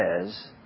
says